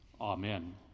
Amen